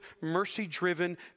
mercy-driven